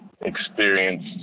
experience